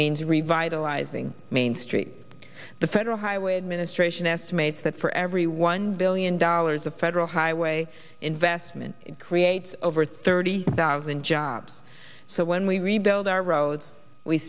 means revitalizing main street the federal highway administration estimates that for every one billion dollars of federal highway investment it creates over thirty thousand jobs so when we rebuild our roads we